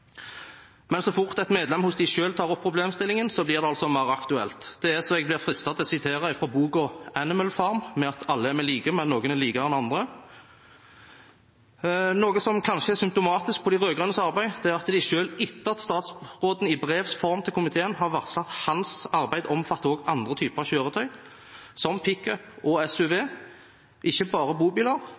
Så fort et medlem hos dem selv tar opp problemstillingen, blir det altså mer aktuelt. Det er så jeg blir fristet til å sitere fra boken Animal Farm, at «alle dyr er like, men noen er likere enn andre». Noe som kanskje er symptomatisk for de rød-grønnes arbeid, er at selv etter at statsråden i brevs form til komiteen har varslet at hans arbeid omfatter også andre typer kjøretøy, som pickup og SUV, ikke bare bobiler,